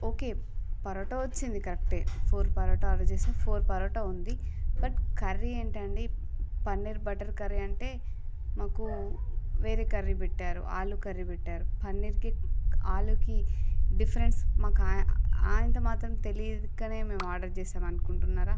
okay parotta వచ్చింది కరెక్టే four parotta order చేసిన ఫోర్ పరోటా ఉంది బట్ కర్రీ ఏంటండి పన్నీర్ బటర్ కర్రీ అంటే మాకు వేరే కర్రీ పెట్టారు ఆలు కర్రీ పెట్టారు పన్నీర్కి ఆలూకి డిఫరెన్స్ మాకు అంత మాత్రం తెలియకనే ఆర్డర్ చేశాం అనుకుంటున్నారా